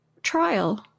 Trial